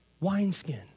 wineskin